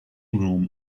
room